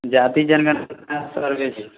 जातीय जनगणना सर्वे छियै